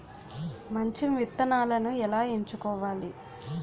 మంచి విత్తనాలను ఎలా ఎంచుకోవాలి?